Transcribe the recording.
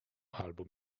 albo